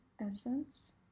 essence